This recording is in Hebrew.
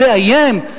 ולאיים,